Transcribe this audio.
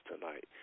tonight